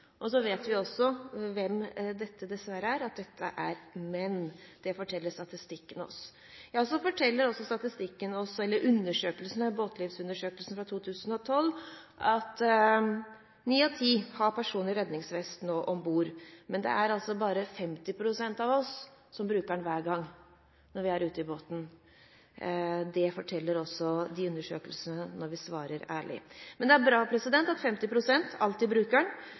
vet også hvem dette dessverre er: det er menn. Det forteller statistikken oss. Båtlivsundersøkelsen fra 2012 forteller oss at ni av ti har redningsvest om bord, men at det bare er 50 pst. av oss som bruker den hver gang når vi er ute i båten. Det forteller også undersøkelsene når man svarer ærlig. Det er bra at 50 pst. alltid